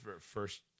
first